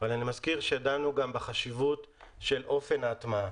אבל אני מזכיר שדנו גם בחשיבות של אופן ההטמעה